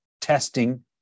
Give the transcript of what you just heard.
testing